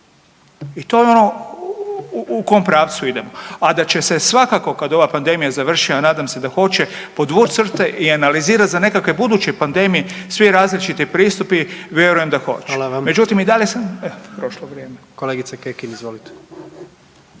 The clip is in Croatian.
i to je ono u kom pravcu idemo. A da će se svakako kad ova pandemija završi, a nadam se da hoće, podvuć crte i analizirat za nekakve buduće pandemije svi različiti pristupi vjerujem da hoće …/Upadica predsjednik: